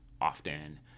often